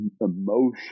emotion